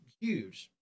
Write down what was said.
huge